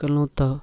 केलहुँ तऽ